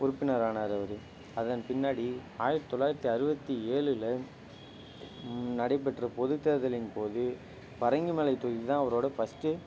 உறுப்பினர் ஆனார் அவரு அதன் பின்னாடி ஆயரத்து தொள்ளாயரத்து அறுபத்தி ஏழுல நடைப்பெற்ற பொது தேர்தலின் போது பரங்கிமலை தொகுதி தான் அவரோட ஃபர்ஸ்ட்டு